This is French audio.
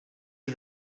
est